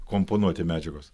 komponuoti medžiagos